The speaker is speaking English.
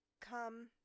come